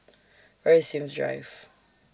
Where IS Sims Drive